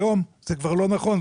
היום זה כבר לא נכון.